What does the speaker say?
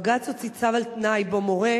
בג"ץ הוציא צו על-תנאי שבו הוא מורה